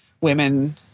women